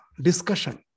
discussion